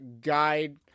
guide